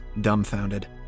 dumbfounded